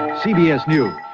cbs news.